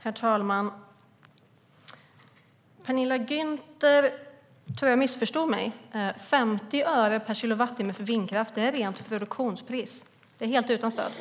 Herr talman! Jag tror att Penilla Gunther missförstår mig. 50 öre per kilowattimme för vindkraft är rent produktionspris. Det är helt utan stöd.